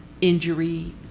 injury—